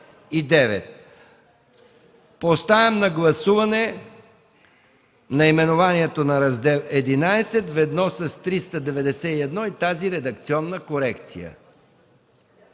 Поставям на гласуване наименованието на Раздел ХІ, ведно с чл. 391 и тази редакционна корекция.